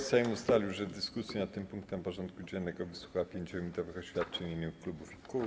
Sejm ustalił, że w dyskusji nad tym punktem porządku dziennego wysłucha 5-minutowych oświadczeń w imieniu klubów i kół.